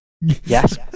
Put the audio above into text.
Yes